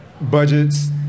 budgets